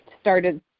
started